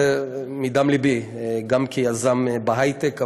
זה מדם לבי, גם כיזם בהייטק.